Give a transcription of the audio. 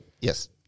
Yes